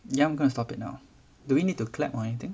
ya gonna stop it now do we need to clap or anything